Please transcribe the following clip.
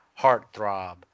heartthrob